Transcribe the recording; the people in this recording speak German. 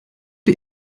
die